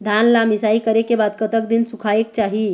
धान ला मिसाई करे के बाद कतक दिन सुखायेक चाही?